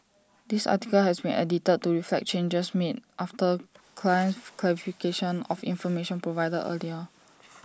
this article has been edited to reflect changes made after client's clarification of information provided earlier